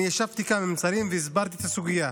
אני ישבתי כאן עם השרים והסברתי את הסוגיה.